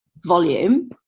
volume